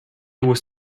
was